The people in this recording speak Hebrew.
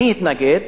מי התנגד?